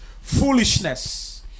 foolishness